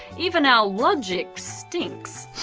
even our logic stinks.